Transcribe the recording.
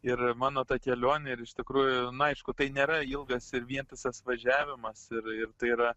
ir mano ta kelionė ir iš tikrųjų na aišku tai nėra ilgas ir vientisas važiavimas ir ir tai yra